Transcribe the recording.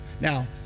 Now